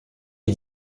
les